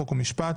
חוק ומשפט,